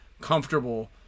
comfortable